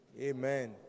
Amen